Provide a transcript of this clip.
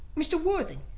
mr. worthing,